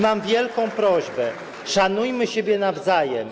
Mam wielką prośbę: szanujmy siebie nawzajem.